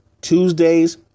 Tuesdays